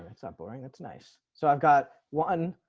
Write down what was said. it's not boring. it's nice. so i've got one